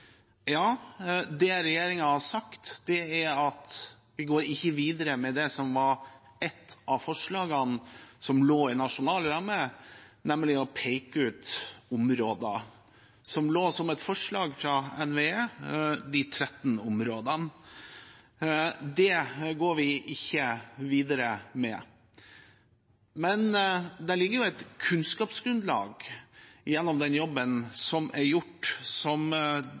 Det regjeringen har sagt, er at vi ikke går videre med det som var ett av forslagene som lå i nasjonal ramme, nemlig å peke ut områder, som lå som et forslag fra NVE – de 13 områdene. Det går vi ikke videre med. Men den jobben som er gjort, gir jo et kunnskapsgrunnlag,